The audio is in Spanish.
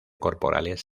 corporales